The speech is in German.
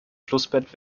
flussbett